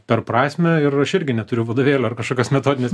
per prasmę ir aš irgi neturiu vadovėlio ar kažkokios metodinės